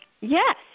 Yes